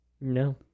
No